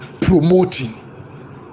promoting